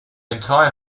entire